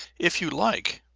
if you like,